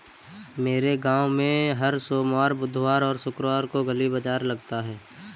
मेरे गांव में हर सोमवार बुधवार और शुक्रवार को गली बाजार लगता है